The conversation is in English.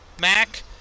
Mac